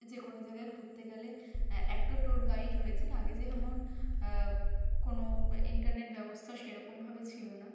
যেকোনও জাগায় ঘুরতে গেলে একটা ট্যুর গাইড রয়েছেন আগে যেমন কোনও ইন্টারনেট ব্যবস্থা সেরকমভাবে ছিল না